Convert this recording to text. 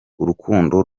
urukundo